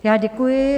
Já děkuji.